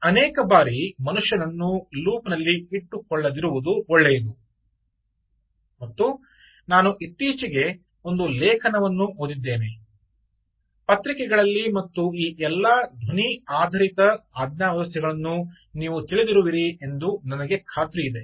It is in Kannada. ಅನೇಕ ಬಾರಿ ಮನುಷ್ಯನನ್ನು ಲೂಪ್ ನಲ್ಲಿ ಇಟ್ಟುಕೊಳ್ಳದಿರುವುದು ಒಳ್ಳೆಯದು ಮತ್ತು ನಾನು ಇತ್ತೀಚೆಗೆ ಒಂದು ಲೇಖನವನ್ನು ಓದಿದ್ದೇನೆ ಪತ್ರಿಕೆಗಳಲ್ಲಿ ಮತ್ತು ಈ ಎಲ್ಲಾ ಧ್ವನಿ ಆಧಾರಿತ ಆಜ್ಞಾ ವ್ಯವಸ್ಥೆಗಳನ್ನು ನೀವು ತಿಳಿದಿರುವಿರಿ ಎಂದು ನನಗೆ ಖಾತ್ರಿಯಿದೆ